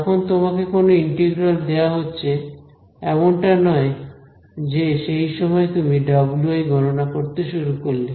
যখন তোমাকে কোন ইন্টিগ্রাল দেওয়া হচ্ছে এমনটা নয় যে সেই সময় তুমি wi গণনা করতে শুরু করলে